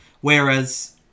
Whereas